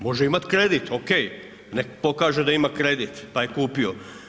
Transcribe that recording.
Može imati kredit, okej, neka pokaže da ima kredit, pa je kupio.